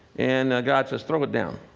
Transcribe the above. and god says, throw it down.